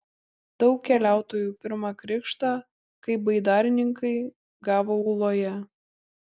daug keliautojų pirmą krikštą kaip baidarininkai gavo ūloje